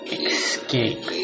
escape